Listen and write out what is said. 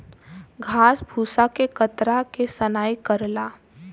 घास भूसा के कतरा के सनाई करला